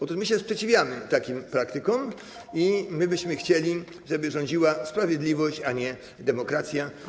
Otóż my się sprzeciwiamy takim praktykom i my byśmy chcieli, żeby rządziła sprawiedliwość, a nie demokracja.